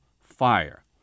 fire